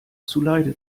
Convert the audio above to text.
zuleide